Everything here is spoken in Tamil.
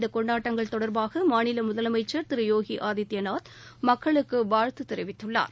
இந்த கொண்டாட்டங்கள் தொடர்பாக மாநில முதலமைச்சர் திரு யோகி ஆதித்யநாத் மக்களுக்கு வாழ்த்து தெரிவித்துள்ளார்